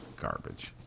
Garbage